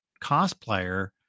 cosplayer